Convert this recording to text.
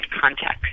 context